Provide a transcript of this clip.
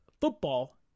football